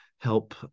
Help